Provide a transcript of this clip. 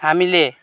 हामीले